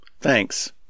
Thanks